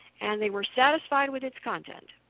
and they were satisfied with its contents.